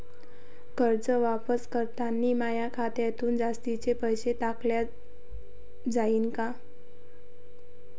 कर्ज वापस करतांनी माया खात्यातून जास्तीचे पैसे काटल्या जाईन का?